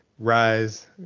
rise